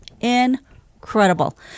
Incredible